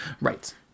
Right